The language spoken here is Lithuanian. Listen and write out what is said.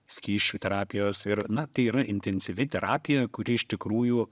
skysčių terapijos ir na tai yra intensyvi terapija kuri iš tikrųjų